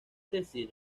decir